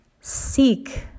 seek